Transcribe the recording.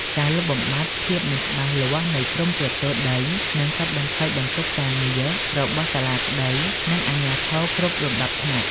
ការលុបបំបាត់ "ភាពមិនច្បាស់លាស់នៃព្រំប្រទល់ដី" នឹងកាត់បន្ថយបន្ទុកការងាររបស់សាលាក្ដី និងអាជ្ញាធរគ្រប់លំដាប់ថ្នាក់។